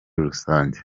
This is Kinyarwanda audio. rusange